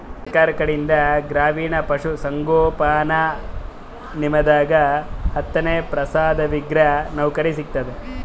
ಸರ್ಕಾರ್ ಕಡೀನ್ದ್ ಗ್ರಾಮೀಣ್ ಪಶುಸಂಗೋಪನಾ ನಿಗಮದಾಗ್ ಹತ್ತನೇ ಪಾಸಾದವ್ರಿಗ್ ನೌಕರಿ ಸಿಗ್ತದ್